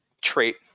trait